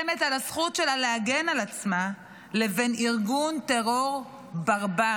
על הזכות שלה להגן על עצמה לבין ארגון טרור ברברי.